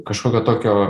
kažkokio tokio